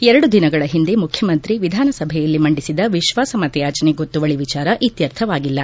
ಎರಡು ದಿನಗಳ ಹಿಂದೆ ಮುಖ್ಯಮಂತ್ರಿ ವಿಧಾನಸಭೆಯಲ್ಲಿ ಮಂಡಿಸಿದ ವಿಶ್ವಾಸಮತ ಯಾಚನೆ ಗೊತ್ತುವಳಿ ವಿಚಾರ ಇತ್ವರ್ಥವಾಗಿಲ್ಲ